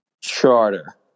Charter